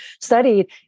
studied